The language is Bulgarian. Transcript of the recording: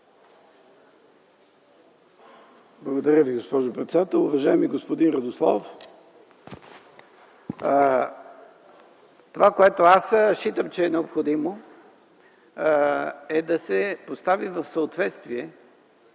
Благодаря Ви, госпожо председател. Уважаеми господин Радославов, това, което аз считам че е необходимо, е да се поставят в съответствие